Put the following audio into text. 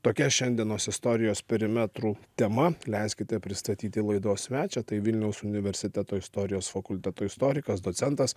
tokia šiandienos istorijos perimetrų tema leiskite pristatyti laidos svečią tai vilniaus universiteto istorijos fakulteto istorikas docentas